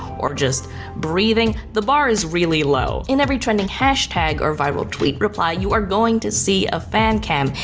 or just breathing. the bar is really low. in every trending hashtag or viral tweet reply, you are going to see a fancam,